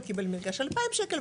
הוא קיבל מלגה של 2000 שקל,